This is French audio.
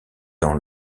dans